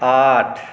आठ